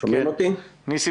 שלום